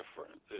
different